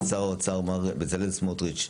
לשר האוצר מר בצלאל סמוטריץ',